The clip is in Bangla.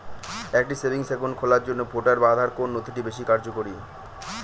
একটা সেভিংস অ্যাকাউন্ট খোলার জন্য ভোটার বা আধার কোন নথিটি বেশী কার্যকরী?